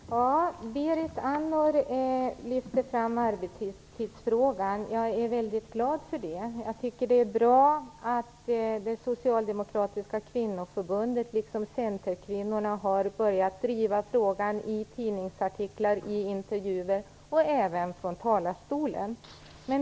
Fru talman! Berit Andnor lyfte fram arbetstidsfrågan, och jag är mycket glad för det. Jag tycker att det är bra att det socialdemokratiska kvinnoförbundet liksom centerkvinnorna har börjat driva frågan i tidningsartiklar, intervjuer och även från talarstolen.